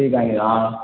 சீர்காழியா